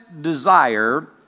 desire